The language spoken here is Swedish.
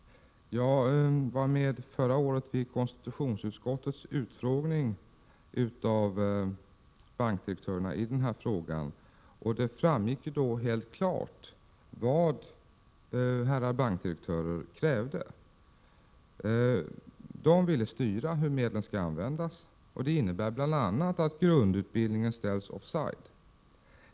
Jag var förra året med i konstitutionsutskottets utfrågning av bankdirektörerna i denna fråga. Det framgick då helt klart vad herrar bankdirektörer krävde. De vill styra hur medlen skall användas. Det innebär bl.a. att grundutbildningen ställs off side.